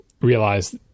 realize